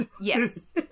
Yes